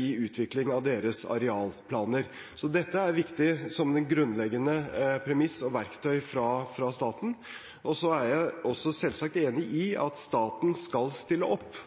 i utvikling av deres arealplaner. Dette er viktig som et grunnleggende premiss og verktøy fra staten. Jeg er selvsagt også enig i at staten skal stille opp